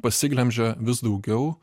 pasiglemžia vis daugiau